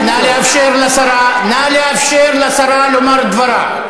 נא לאפשר לשרה, נא לאפשר לשרה לומר את דברה.